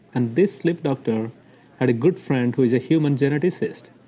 and this sleep doctor had a good friend who is a human geneticist,